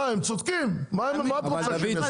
מה, הם צודקים, מה את רוצה שהם יעשו?